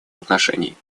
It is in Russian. отношений